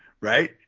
Right